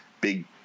big